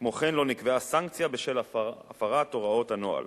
כמו כן לא נקבעה סנקציה בשל הפרת הוראות הנוהל.